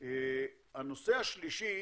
הנושא השלישי